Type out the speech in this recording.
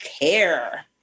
care